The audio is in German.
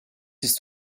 ist